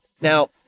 Now